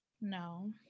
No